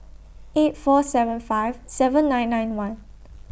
eight four seven five seven nine nine one